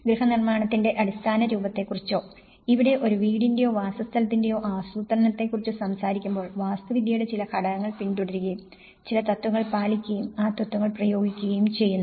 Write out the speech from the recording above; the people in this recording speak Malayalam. ഗൃഹനിർമ്മാണത്തിന്റെ അടിസ്ഥാന രൂപത്തെക്കുറിച്ചോ ഇവിടെ ഒരു വീടിന്റെയോ വാസസ്ഥലത്തിന്റെയോ ആസൂത്രണത്തെക്കുറിച്ചു സംസാരിക്കുമ്പോൾ വാസ്തുവിദ്യയുടെ ചില ഘടകങ്ങൾ പിന്തുടരുകയും ചില തത്വങ്ങൾ പാലിക്കുകയും ആ തത്വങ്ങൾ പ്രയോഗിക്കുകയും ചെയ്യുന്നു